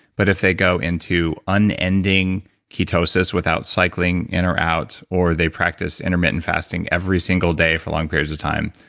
but if they go into unending ketosis without cycling in or out or they practice intermittent fasting every single day for long periods of time,